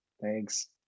Thanks